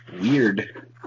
weird